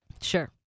Sure